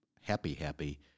happy-happy